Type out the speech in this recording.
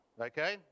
okay